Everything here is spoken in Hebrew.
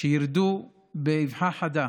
שירד באבחה חדה